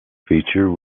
feature